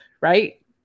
right